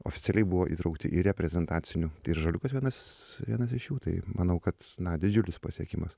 oficialiai buvo įtraukti į reprezentacinių ir ąžuoliukas vienas vienas iš jų tai manau kad na didžiulis pasiekimas